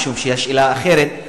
משום שהיא שאלה אחרת,